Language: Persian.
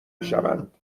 میشوند